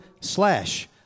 slash